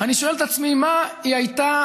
ואני שואל את עצמי: מה היא הייתה